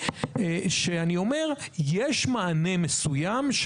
"לא מסכים".